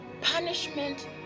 punishment